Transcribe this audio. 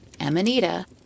Amanita